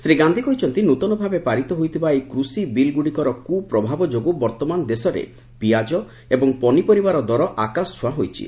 ଶ୍ରୀ ଗାନ୍ଧି କହିଛନ୍ତି ନୂତନ ଭାବେ ପାରିତ ହୋଇଥିବା ଏହି କୃଷି ବିଲ୍ଗୁଡ଼ିକର କୁ ପ୍ରଭାବ ଯୋଗୁଁ ବର୍ତ୍ତମାନ ଦେଶରେ ପିଆଜ ଏବଂ ପନିପରିବାର ଦର ଆକାଶ ଛୁଆଁ ହୋଇଛି